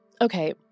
Okay